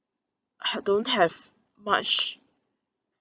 uh don't have much